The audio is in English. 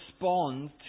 respond